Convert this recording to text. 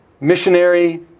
Missionary